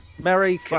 Merry